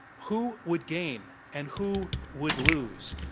who would gain and who would lose?